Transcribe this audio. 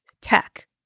tech